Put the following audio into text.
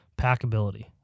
packability